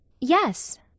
yes